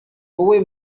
wowe